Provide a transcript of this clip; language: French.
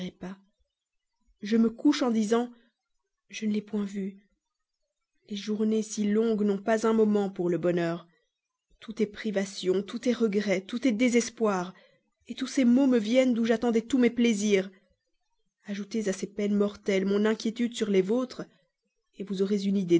je me couche en disant je ne l'ai point vue les journées si longues n'ont pas un moment pour le bonheur tout est privation tout est regret tout est désespoir tous ces maux me viennent d'où j'attendais tous mes plaisirs ajoutez à ces peines mortelles mon inquiétude sur les vôtres vous aurez une